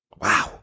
Wow